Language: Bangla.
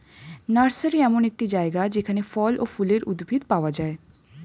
নার্সারি এমন একটি জায়গা যেখানে ফল ও ফুলের উদ্ভিদ পাওয়া যায়